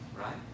right